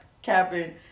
Captain